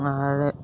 आओर